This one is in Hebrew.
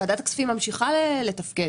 ועדת הכספים ממשיכה לתפקד.